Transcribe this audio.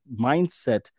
mindset